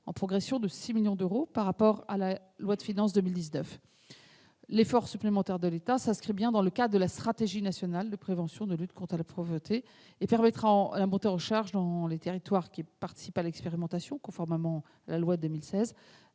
en progression de 6 millions d'euros par rapport à la loi de finances pour 2019. L'effort supplémentaire de l'État s'inscrit dans le cadre de la stratégie nationale de prévention et de lutte contre la pauvreté et permettra la montée en charge du dispositif dans les territoires qui participent à l'expérimentation, conformément à la loi de 2016,